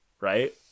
Right